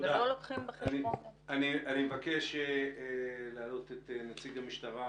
אני מבקש להעלות את נציג משטרה